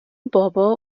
بابا